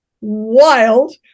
wild